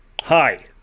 Hi